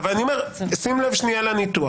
שים לב שנייה לניתוח.